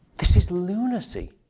this is lunacy.